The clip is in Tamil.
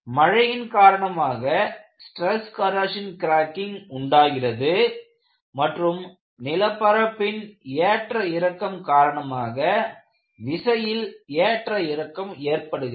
மழையின் காரணமாக ஸ்ட்ரெஸ் கொரோஷின் கிராக்கிங் உண்டாகிறது மற்றும் நிலப்பரப்பின் ஏற்ற இறக்கம் காரணமாக விசையில் ஏற்ற இறக்கம் ஏற்படுகிறது